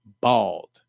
bald